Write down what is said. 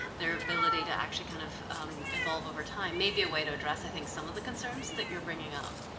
their ability to actually kind of evolve over time may be a way to address, i think, some of the concerns that you're bringing up.